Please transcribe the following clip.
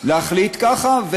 להחליט ככה.